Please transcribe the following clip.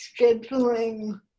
scheduling